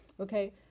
okay